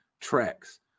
tracks